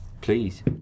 please